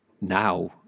now